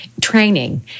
training